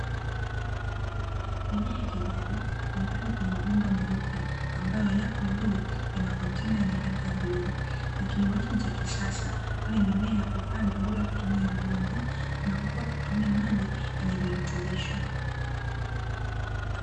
Mimea ya kijani, imepandwa kwenye mabomba meupe ambayo yapo juu ya makontena yenye rangi ya bluu, na kilimo hicho ni cha kisasa kwani mimea hupandwa bila ya kutumia udongo na hukua kwa kutumia maji yenye virutubisho.